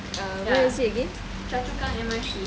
err where is it again